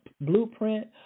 blueprint